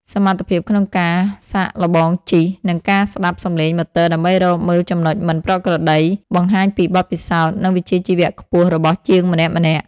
សមត្ថភាពក្នុងការសាកល្បងជិះ និងការស្តាប់សំឡេងម៉ូទ័រដើម្បីរកមើលចំណុចមិនប្រក្រតី បង្ហាញពីបទពិសោធន៍ និងវិជ្ជាជីវៈខ្ពស់របស់ជាងម្នាក់ៗ។